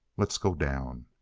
let's go down.